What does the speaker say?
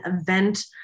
event